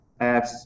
apps